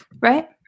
right